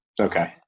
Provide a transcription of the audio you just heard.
Okay